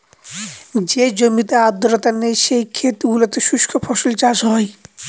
যে জমিতে আর্দ্রতা নেই, সেই ক্ষেত গুলোতে শুস্ক ফসল চাষ হয়